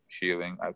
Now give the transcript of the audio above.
healing